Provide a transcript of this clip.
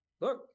look